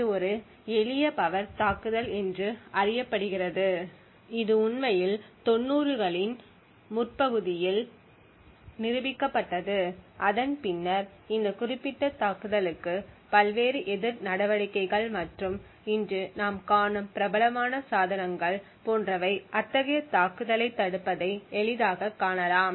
இது ஒரு எளிய பவர் தாக்குதல் என்று அறியப்படுகிறது இது உண்மையில் 90 களின் நடுப்பகுதியில் நிரூபிக்கப்பட்டது அதன் பின்னர் இந்த குறிப்பிட்ட தாக்குதலுக்கு பல்வேறு எதிர் நடவடிக்கைகள் மற்றும் இன்று நாம் காணும் பிரபலமான சாதனங்கள் போன்றவை அத்தகைய தாக்குதலைத் தடுப்பதை எளிதாகக் காணலாம்